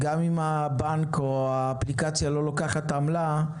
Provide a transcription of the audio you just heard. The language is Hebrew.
גם אם הבנק או האפליקציה לא לוקחת עמלה,